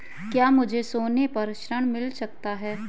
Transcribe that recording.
क्या मुझे सोने पर ऋण मिल सकता है?